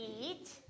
eat